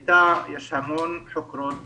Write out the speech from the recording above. איתה יש המון חוקרות וחוקרים,